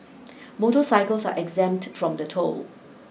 motorcycles are exempt from the toll